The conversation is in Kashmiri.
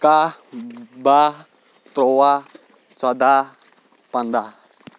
کاہہ باہہ تُرٛواہ ژۄداہ پنٛداہ